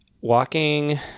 walking